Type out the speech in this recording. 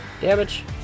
damage